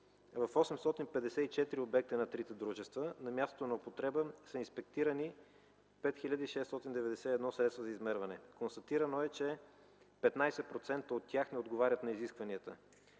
В 854 обекта на трите дружества на мястото на употреба са инспектирани 5691 средства за измерване. Констатирано е, че 15% от тях не отговарят на изискванията.